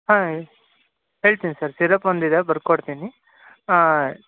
ಹಾಂ ಹೇಳ್ತೀನಿ sir syrup ಒಂದಿದೆ ಬರ್ಕೊಡ್ತೀನಿ ಹಾಂ